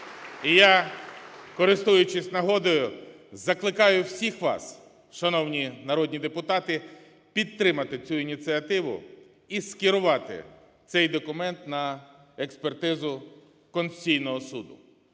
І я, користуючись нагодою, закликаю всіх вас, шановні народні депутати, підтримати цю ініціативу і скерувати цей документ на експертизу Конституційного Суду.